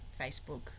Facebook